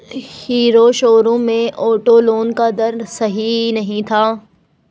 hero showroom में auto loan का दर सही नहीं था